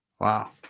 Wow